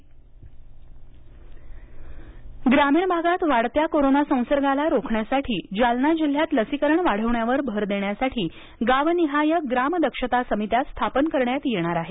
ग्राम दक्षता समित्या ग्रामीण भागात वाढत्या कोरोना संसर्गाला रोखण्यासाठी जालना जिल्ह्यात लसीकरण वाढवण्यावर भर देण्यासाठी गावनिहाय ग्राम दक्षता समित्या स्थापन करण्यात येणार आहेत